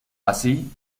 así